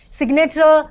signature